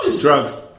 Drugs